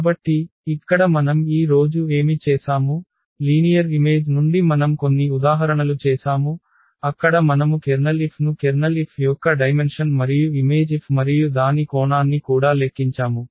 కాబట్టి ఇక్కడ మనం ఈ రోజు ఏమి చేసాము లీనియర్ ఇమేజ్ నుండి మనం కొన్ని ఉదాహరణలు చేసాము అక్కడ మనము కెర్నల్ F ను కెర్నల్ F యొక్క డైమెన్షన్ మరియు ఇమేజ్ F మరియు దాని కోణాన్ని కూడా లెక్కించాము